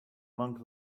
monk